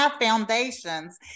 foundations